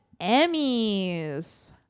Emmys